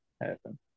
happen